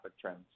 trends